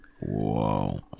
Whoa